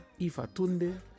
Ifatunde